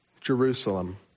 Jerusalem